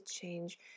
change